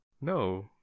No